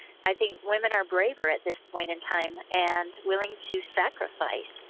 i think women are braver at this point in time, and willing to sacrifice.